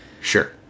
Sure